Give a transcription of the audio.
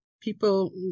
people